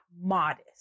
modest